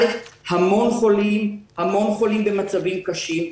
יש המון חולים, המון חולים במצבים קשים,